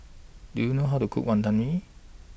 Do YOU know How to Cook Wantan Mee